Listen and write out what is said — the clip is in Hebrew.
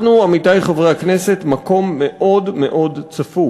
אנחנו, עמיתי חברי הכנסת, מקום מאוד מאוד צפוף.